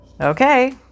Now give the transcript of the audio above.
Okay